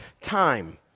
Time